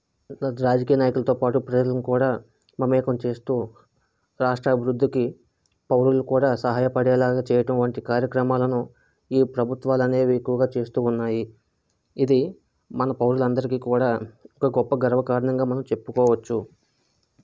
రాజకీయ నాయకులతో పాటు ప్రజలను కూడా మమేకం చేస్తూ రాష్ట్ర అభివృద్ధికి పౌరులు కూడా సహాయపడేలాగా చేయటం వంటి కార్యక్రమాలను ఈ ప్రభుత్వాలు అనేవి ఎక్కువగా చేస్తు ఉన్నాయి ఇది మన పౌరులందరికీ కూడా ఒక గొప్ప గర్వకారణంగా మనం చెప్పుకోవచ్చు